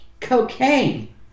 cocaine